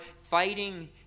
fighting